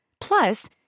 Plus